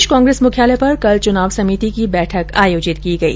प्रदेश कांग्रेस मुख्यालय पर कल चुनाव समिति की बैठक आयोजित की गई